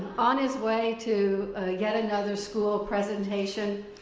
on his way to yet another school presentation,